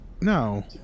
No